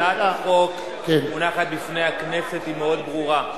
הצעת החוק מונחת בפני הכנסת, היא מאוד ברורה.